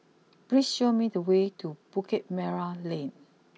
please show me the way to Bukit Merah Lane